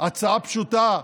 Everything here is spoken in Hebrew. הצעה פשוטה,